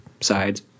sides